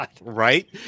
right